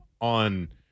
on